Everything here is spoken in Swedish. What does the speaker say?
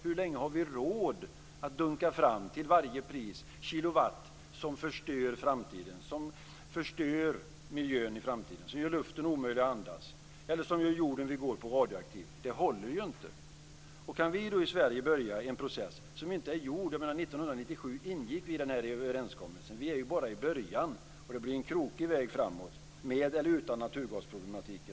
Hur länge har vi råd att till varje pris dunka fram kilowatt som förstör framtiden, som förstör framtidens miljö, som gör luften omöjlig att andas eller som gör jorden som vi går på radioaktiv? Det håller ju inte. Då kan vi i Sverige börja en process. 1997 ingick vi den här överenskommelsen. Vi är bara i början. Det blir en krokig väg framåt - med eller utan narturgasproblematiken.